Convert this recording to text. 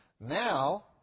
Now